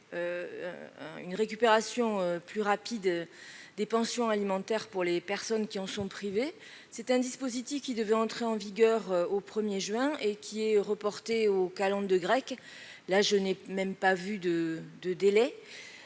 une récupération plus rapide des pensions alimentaires pour les personnes qui en sont privées. Celui-ci devait entrer en vigueur le 1 juin. Or il est reporté aux calendes grecques. Je n'ai même pas vu de date.